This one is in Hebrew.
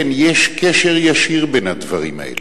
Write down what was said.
כן יש קשר ישיר בין הדברים האלה.